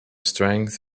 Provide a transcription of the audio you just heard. strength